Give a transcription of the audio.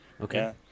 Okay